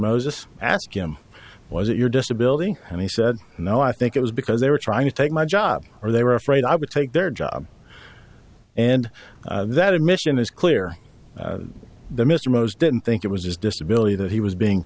moses ask him was it your disability and he said no i think it was because they were trying to take my job or they were afraid i would take their job and that admission is clear that mr mose didn't think it was his disability that he was being